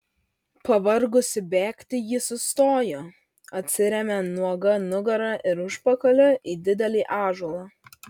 pavargusi bėgti ji sustojo atsirėmė nuoga nugara ir užpakaliu į didelį ąžuolą